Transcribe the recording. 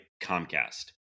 Comcast